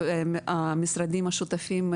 המשרדים השותפים,